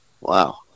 Wow